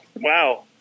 Wow